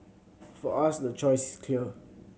for us the choice is clear